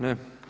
Ne.